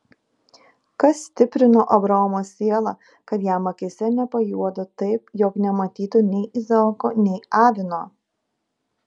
kas stiprino abraomo sielą kad jam akyse nepajuodo taip jog nematytų nei izaoko nei avino